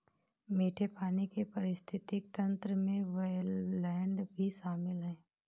मीठे पानी के पारिस्थितिक तंत्र में वेट्लैन्ड भी शामिल है